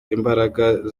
imbaraga